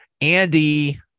Andy